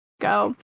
Go